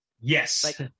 Yes